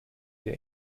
der